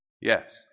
Yes